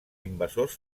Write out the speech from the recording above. invasors